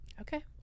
Okay